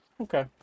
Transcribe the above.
Okay